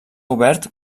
obert